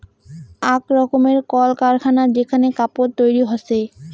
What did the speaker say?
আক রকমের কল কারখানা যেখানে কাপড় তৈরী হসে